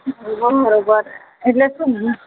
બરાબર એટલે શું મને